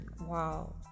Wow